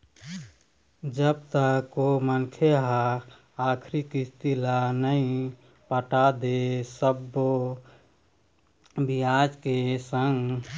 जब तक ओ मनखे ह आखरी किस्ती ल नइ पटा दे सब्बो बियाज के संग